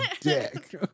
dick